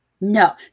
No